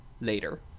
later